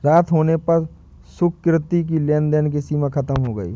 रात होने पर सुकृति की लेन देन की सीमा खत्म हो गई